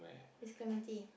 its clement